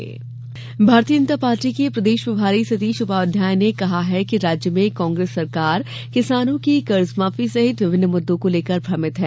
भाजपा आरोप भारतीय जनता पार्टी के प्रदेश प्रभारी सतीष उपाध्याय ने कहा है कि राज्य में कांग्रेस सरकार किसानों की कर्जमाफी सहित विभिन्न मुद्दों को लेकर भ्रमित है